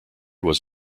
was